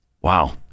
Wow